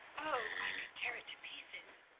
oh, i could tear it to pieces,